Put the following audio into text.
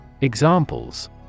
Examples